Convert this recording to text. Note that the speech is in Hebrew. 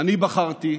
אני בחרתי,